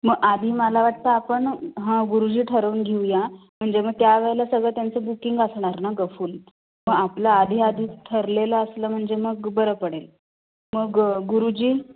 मग आधी मला वाटतं आपण हां गुरुजी ठरवून घेऊया म्हणजे मग त्यावेळेला सगळं त्यांचं बुकिंग असणार ना गं फूल मग आपलं आधी आधी ठरलेलं असलं म्हणजे मग बरं पडेल मग गुरुजी